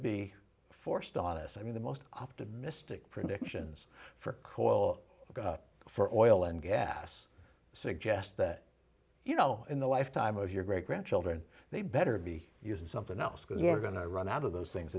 be forced on us i mean the most optimistic predictions for coil for oil and gas suggest that you know in the lifetime of your great grandchildren they better be using something else because you're going to run out of those things